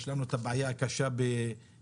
יש לנו את הבעיה הקשה בירושלים,